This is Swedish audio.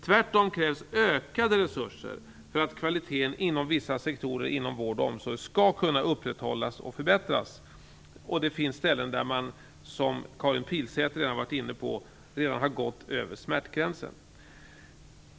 Tvärtom krävs ökade resurser för att kvaliteten inom vissa sektorer inom vård och omsorg skall kunna upprätthållas och förbättras. Det finns också ställen där man, som Karin Pilsäter har varit inne på, redan har gått över smärtgränsen.